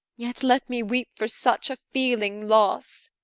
yet let me weep for such a feeling loss.